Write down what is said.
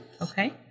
Okay